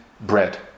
bread